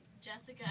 Jessica